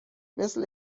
مثل